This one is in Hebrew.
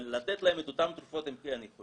אבל לתת להם את אותן תרופות הם כן יכולים.